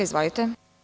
Izvolite.